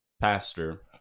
pastor